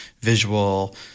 visual